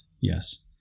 Yes